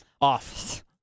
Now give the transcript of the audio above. off